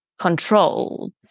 controlled